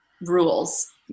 rules